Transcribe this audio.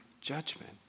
judgment